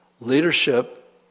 Leadership